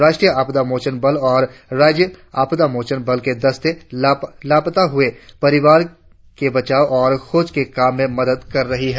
राष्ट्रीय आपदा मोचन बल और राज्य आपदा मोचन बल के दस्ते लापता हुए परिवार के बचाव और खोज के काम में मदद कर रहे है